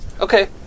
Okay